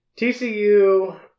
TCU